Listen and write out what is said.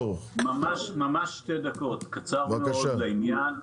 ממש שתי דקות קצר מאוד ולעניין.